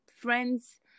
friends